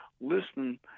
Listen